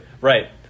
Right